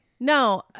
No